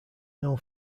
known